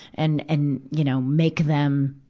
and, and, you know, make them,